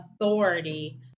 authority